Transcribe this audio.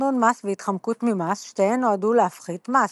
תכנון מס והתחמקות ממס שתיהן נועדו להפחית מס,